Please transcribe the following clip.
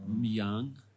young